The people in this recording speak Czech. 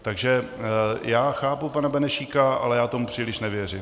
Takže já chápu pana Benešíka, ale já tomu příliš nevěřím.